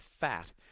fat